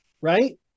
right